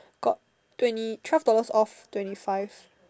got twenty twelve dollars off twenty five